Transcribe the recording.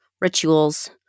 rituals